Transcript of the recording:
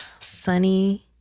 sunny